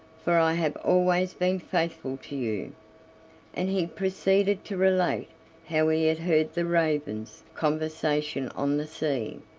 for i have always been faithful to you and he proceeded to relate how he had heard the ravens' conversation on the sea,